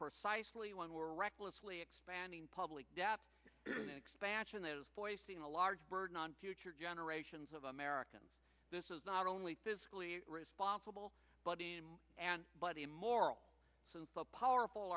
precisely one were recklessly expanding public debt expansion those foisting a large burden on future generations of americans this is not only physically responsible budget and but immoral since the powerful